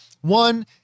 One